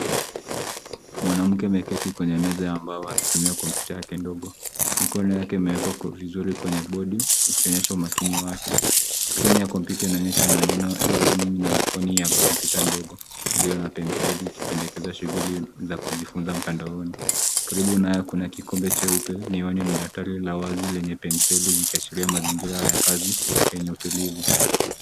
Mwanamke ameketi kwenye meza ya mbao akitumia kompyuta yake ndogo. Mikono yake imewekwa vizuri kwenye bodi ikionyesha umakini wake. Skrini ya kompyuta inaonyesha maneno E-Learning na ikoni ya kompyuta ndogo. Iliyo na penseli ikipendekeza shughuli za kujifunza mtandaoni. Karibu naye kuna kikombe cheupe, miwani na daktari la wazi lenye penseli, ikiashiria mazingira iliyo ya kazi yenye utilivu.